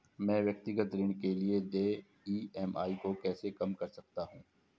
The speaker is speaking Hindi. मैं व्यक्तिगत ऋण के लिए देय ई.एम.आई को कैसे कम कर सकता हूँ?